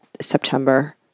September